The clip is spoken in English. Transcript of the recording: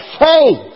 faith